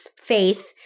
faith